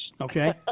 Okay